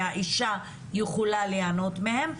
שהאישה יכולה ליהנות מהם,